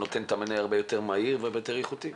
נותן מענה יותר מהיר ויותר איכותי.